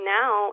now